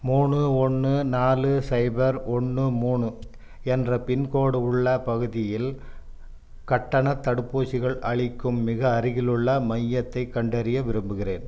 மூணு ஒன்று நாலு சைபர் ஒன்று மூணு என்ற பின்கோடு உள்ள பகுதியில் கட்டணத் தடுப்பூசிகள் அளிக்கும் மிக அருகிலுள்ள மையத்தைக் கண்டறிய விரும்புகிறேன்